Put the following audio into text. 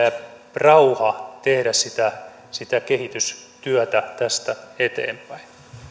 rauha tehdä sitä sitä kehitystyötä tästä eteenpäin